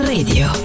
Radio